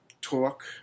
Talk